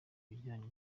bijyanye